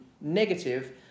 negative